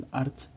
art